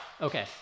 Okay